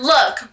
Look